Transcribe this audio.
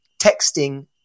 texting